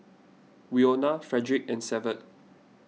Winona Fredrick and Severt